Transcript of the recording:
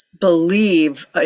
believe